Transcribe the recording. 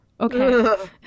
Okay